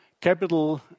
capital